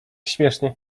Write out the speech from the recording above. śmiesznie